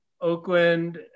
Oakland